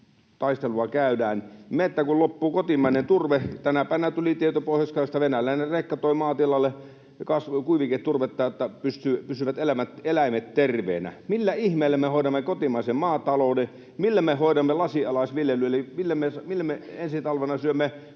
taistelua käydään, että meiltä kun loppuu kotimainen turve — tänä päivänä tuli tieto Pohjois-Karjalasta: venäläinen rekka toi maatilalle kuiviketurvetta, että pysyvät eläimet terveinä — niin millä ihmeellä me hoidamme kotimaisen maatalouden? Millä me hoidamme lasinalaisviljelyn? Eli millä me ensi talvena syömme